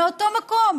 מאותו מקום.